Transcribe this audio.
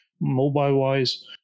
mobile-wise